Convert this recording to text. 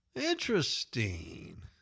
Interesting